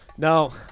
No